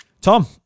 Tom